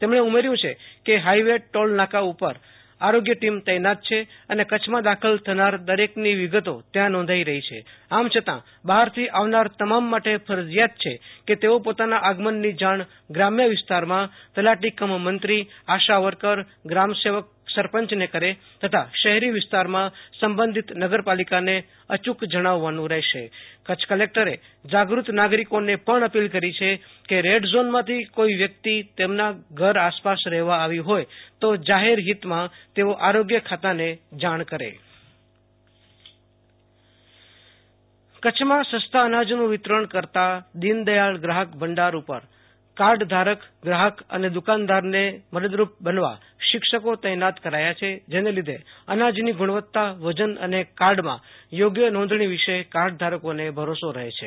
તેમને ઉમેર્યું છે કે હાઇવે ટોલ નાકા ઉપર આરોગ્ય ટીમ તૈનાત છે અને કચ્છ માં દાખલ થનાર દરેક ની વિગતો ત્યાં નોંધાઈ રહી છે આમ છતાં બહાર થી આવનાર તમામ માટે ફરજીયાત છે કે તેઓ પોતાના આગમન ની જાણ ગ્રામ્ય વિસ્તારમાં તલાટી કમ મંત્રી આશાવર્કર ગ્રામસેવક સરપંચને કરે તથા શહેરી વિસ્તારમાં સંબંધિત નગરપાલિકાને અયૂ ક જણાવવાનું રહેશેકચ્છ કલેકટરે જાગૃત નાગરિકો ને પણ અપીલ કરી છે કે રેડ ઝોન માંથી કોઈ વ્યક્તિ તેમના ઘર આસપાસ રહેવા આવી હોય તો જાહેર હિત માં તેઓ આરોગ્ય ખાતા ને જાણ કરે આશુ તોષ અંતાણી કચ્છ અનાજ વિતરણ કચ્છ માં સસ્તા અનાજ નું વિતરણ કરતાં દીનદયાળ ગ્રાહક ભંડાર ઉપર કાર્ડ ધારક ગ્રાહક અને દુકાનદારને મદદરૂપ બનવા શિક્ષકો તૈનાત કરાયા છે જેને લીધે અનાજ ની ગુણવત્તા વજન અને કાર્ડ માં ચોગ્ય નોંધણી વિષે કાર્ડ ધારકો ને ભરોસો રહે છે